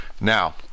Now